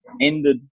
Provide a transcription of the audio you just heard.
ended